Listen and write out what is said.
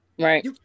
Right